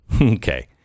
Okay